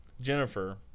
Jennifer